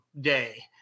day